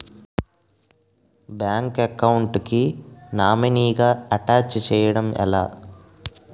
Bank account కి nominee గా attach చేయడం ఎలా?